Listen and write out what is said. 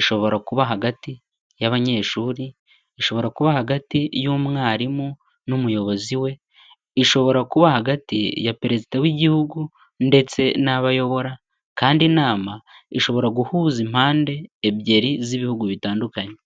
ishobora kuba hagati y'abanyeshuri, ishobora kuba hagati y'umwarimu n'umuyobozi we, ishobora kuba hagati ya perezida w'Igihugu ndetse n'abo ayobora, kandi inama ishobora guhuza impande ebyiri z'ibihugu bitandukanye.